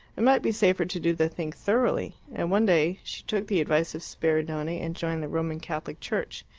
it might be safer to do the thing thoroughly, and one day she took the advice of spiridione and joined the roman catholic church,